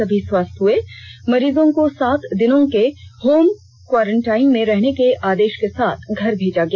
सभी स्वस्थ हुए मरीजों को सात दिनों के होम कोरंटाइन में रहने के आदेष के साथ घर भेजा गया